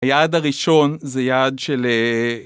‫היעד הראשון זה יעד של...